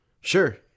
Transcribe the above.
sure